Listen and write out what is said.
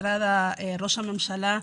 משרד ראש הממשלה,